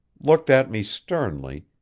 looked at me sternly,